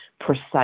precise